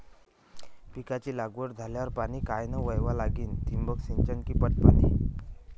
पिकाची लागवड झाल्यावर पाणी कायनं वळवा लागीन? ठिबक सिंचन की पट पाणी?